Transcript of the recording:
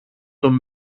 των